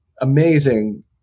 amazing